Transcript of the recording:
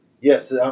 Yes